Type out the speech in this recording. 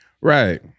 Right